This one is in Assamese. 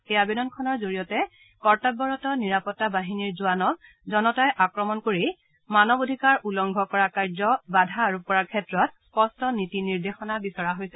এই আবেদনখনৰ জৰিয়তে কৰ্তব্যৰত নিৰাপত্তা বাহিনীৰ জোৱানক জনতাই আক্ৰমণ কৰি মানৱ অধিকাৰ উলংঘা কৰা কাৰ্যত বাধা আৰোপ কৰাৰ ক্ষেত্ৰত স্পষ্ট নীতি নিৰ্দেশনা বিচৰা হৈছে